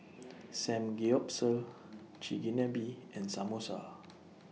Samgeyopsal Chigenabe and Samosa